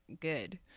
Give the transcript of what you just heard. good